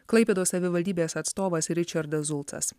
klaipėdos savivaldybės atstovas ričardas zulcas